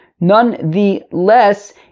nonetheless